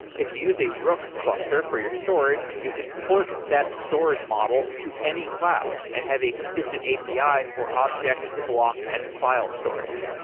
if you use a rook cluster for your storage, you can port that storage model to any cloud and have a consistent api for object block and file storage.